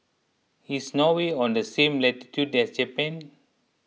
is Norway on the same latitude as Japan